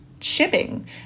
shipping